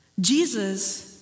Jesus